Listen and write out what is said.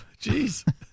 Jeez